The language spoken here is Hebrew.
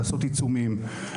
לעשות עיצומים.